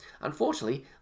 Unfortunately